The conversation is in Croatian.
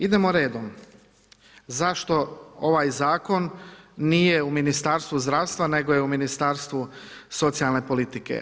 Idemo redom, zašto ovaj zakon, nije u Ministarstvu zdravstva nego je u Ministarstvu socijalne politike.